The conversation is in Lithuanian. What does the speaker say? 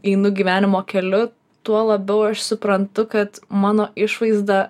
einu gyvenimo keliu tuo labiau aš suprantu kad mano išvaizda